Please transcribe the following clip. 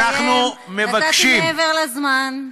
ואנחנו מבקשים, נתתי מעבר לזמן.